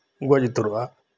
ᱜᱚᱡ ᱩᱛᱟᱹᱨᱚᱜ ᱟ